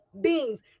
beings